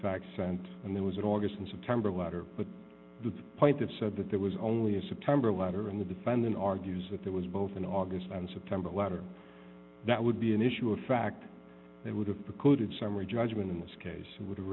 fact sent and there was an august and september letter but the point that said that there was only a september letter in the defendant argues that there was both an august and september letter that would be an issue of fact that would have precluded summary judgment in this case and would have